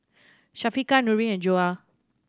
Syafiqah Nurin and Joyah